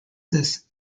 this